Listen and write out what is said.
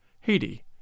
Haiti